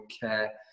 care